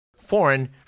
foreign